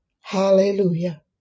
Hallelujah